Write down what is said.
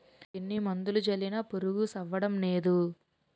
ఎన్ని మందులు జల్లినా పురుగు సవ్వడంనేదు